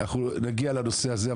אנחנו נגיע לנושא הזה,